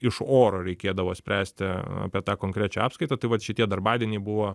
iš oro reikėdavo spręsti apie tą konkrečią apskaitą tai vat šitie darbadieniai buvo